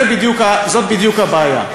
זאת בדיוק הבעיה.